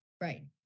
right